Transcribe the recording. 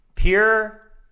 Pure